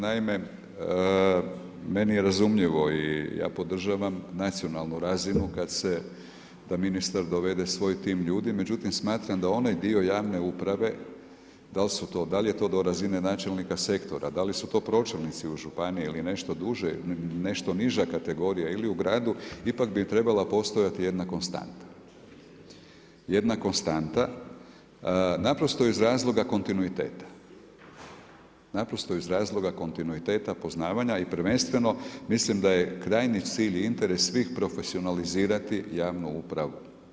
Naime, meni je razumljivo i ja podržavam nacionalnu razinu da ministar dovede svoj tim ljudi, međutim smatram da onaj dio javne uprave da li su to, da li je to do razine načelnika sektora, da li su to pročelnici u županiji ili nešto niža kategorija ili u gradu ipak bi trebala postojati jedna konstanta naprosto iz razloga kontinuiteta, naprosto iz razloga kontinuiteta poznavanja i prvenstveno mislim da je krajnji cilj i interes svih profesionalizirati javnu upravu.